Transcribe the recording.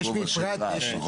נכון?